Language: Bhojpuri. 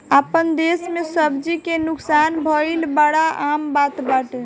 आपन देस में सब्जी के नुकसान भइल बड़ा आम बात बाटे